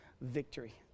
victory